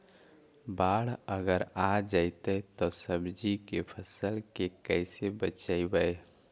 बाढ़ अगर आ जैतै त सब्जी के फ़सल के कैसे बचइबै?